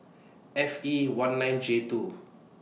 F E one nine J two